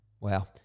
wow